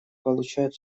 получают